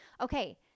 Okay